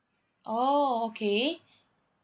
oh okay